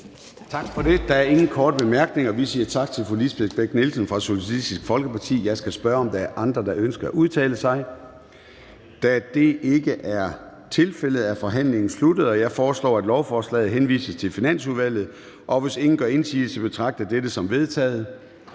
Tak for det. Der er ingen korte bemærkninger, og vi siger tak til fru Lisbeth Bech-Nielsen fra Socialistisk Folkeparti. Jeg skal spørge, om der er andre, der ønsker at udtale sig. Da det ikke er tilfældet, er forhandlingen sluttet. Jeg foreslår, at lovforslaget henvises til Finansudvalget. Hvis ingen gør indsigelse, betragter jeg dette som vedtaget.